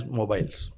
mobiles